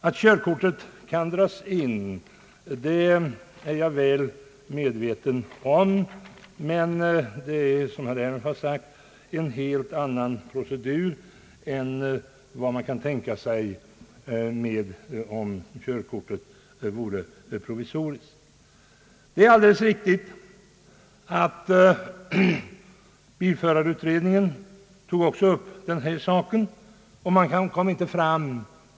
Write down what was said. Att körkortet kan dras in är jag väl medveten om, men det är, som här redan har sagts en helt annan procedur än vad man kan tänka sig om körkortet vore provisoriskt. Det är alldeles riktigt att bilförarutredningen också tog upp denna fråga.